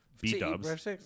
B-dubs